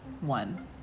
One